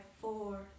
four